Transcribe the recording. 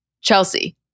Chelsea